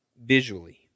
visually